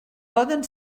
poden